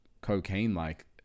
cocaine-like